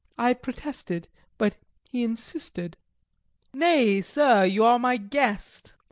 i protested but he insisted nay, sir, you are my guest.